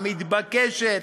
המתבקשת,